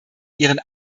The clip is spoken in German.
ihren